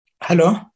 Hello